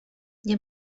nie